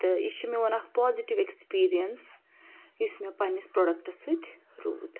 تہٕ یہِ چھُ میوٗن اکھ پوازِٹِو ایٚکٕسپیٖریَنٕس یُس مےٚ پَننِس پرٛوڈَکٹَس سۭتۍ روٗد